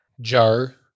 Jar